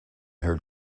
her